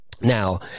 now